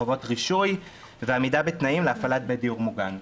חובות רישוי ועמידה בתנאים להפעלת בית דיור מוגן.